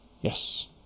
yes